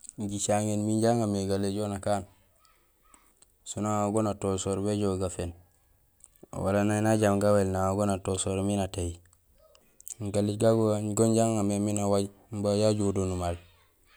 Jicaŋéén minja aŋa mé galéjol nakaan soon aŋa go natosoor béjoow gaféén wala néni ajaam gawél naŋa go natosoor miin atéy; galéj gagu go inja aŋa mé miin awaaj imbi uju ajoow do numaal.